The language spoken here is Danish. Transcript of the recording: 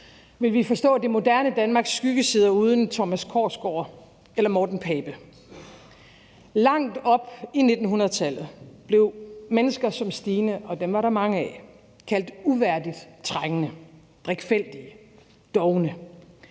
Ville vi forstå det moderne Danmarks skyggesider uden Thomas Korsgaard eller Morten Pape? Langt op i 1900-tallet blev mennesker som Stine, og dem var der mange af, kaldt uværdigt trængende, drikfældige og dovne.